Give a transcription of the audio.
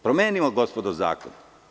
Promenimo, gospodo, zakon.